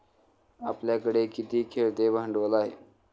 आपल्याकडे किती खेळते भांडवल आहे?